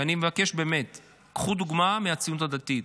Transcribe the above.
ואני מבקש באמת, קחו דוגמה מהציונות הדתית.